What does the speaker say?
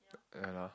uh yeah lah